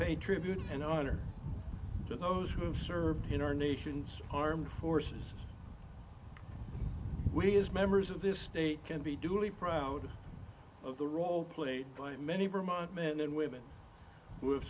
pay tribute and i honor to those who have served in our nation's armed forces we as members of this state can be duly proud of the role played by many vermont men and women who have